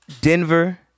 Denver